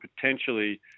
potentially